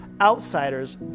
outsiders